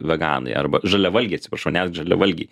veganai arba žaliavalgiai atsiprašau net žaliavalgiai